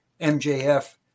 MJF